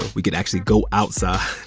we could actually go outside.